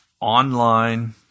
online